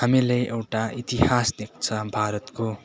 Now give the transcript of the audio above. हामीलाई एउटा इतिहास दिएको छ भारतको